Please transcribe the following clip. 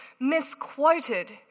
misquoted